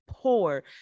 Poor